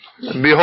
Behold